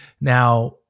Now